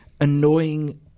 annoying